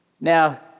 Now